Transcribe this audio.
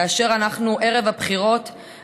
כאשר אנחנו ערב הבחירות,